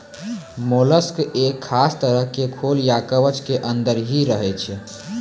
mollusc एक खास तरह के खोल या कवच के अंदर हीं रहै छै